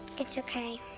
it's okay.